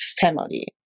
family